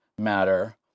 matter